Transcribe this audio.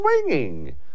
swinging